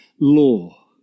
law